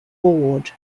board